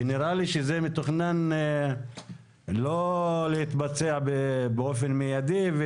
כי נראה לי שזה מתוכנן לא להתבצע באופן מיידי.